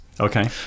Okay